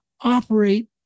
operate